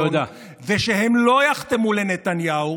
ושהם לא יחתמו לנתניהו,